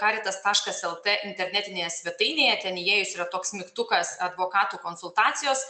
karitas taškas lt internetinėje svetainėje ten įėjus yra toks mygtukas advokatų konsultacijos